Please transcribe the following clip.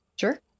Sure